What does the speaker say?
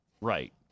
Right